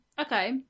Okay